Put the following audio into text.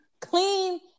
clean